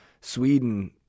Sweden